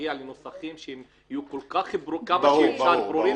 להגיע לנוסחים שיהיו כל כך ברורים,